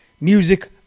music